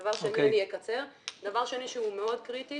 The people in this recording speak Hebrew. דבר שני שהוא מאוד קריטי